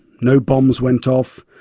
no bombs went off,